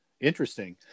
Interesting